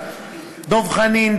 דב חנין,